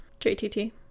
jtt